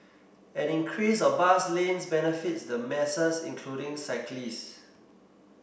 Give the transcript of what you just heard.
an increase of bus lanes benefits the masses including cyclist